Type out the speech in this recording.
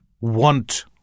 want